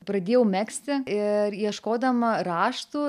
pradėjau megzti ir ieškodama raštų